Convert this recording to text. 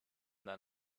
that